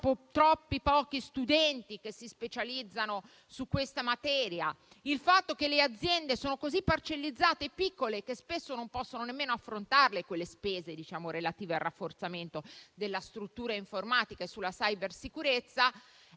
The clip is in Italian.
troppo pochi studenti che si specializzano su questa materia, il fatto che le aziende sono così parcellizzate e piccole che spesso non possono nemmeno affrontare le spese relative al rafforzamento della struttura informatica e della cybersicurezza,